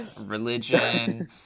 religion